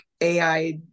AI